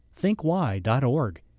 thinkwhy.org